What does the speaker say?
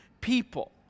people